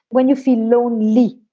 when you feel lonely,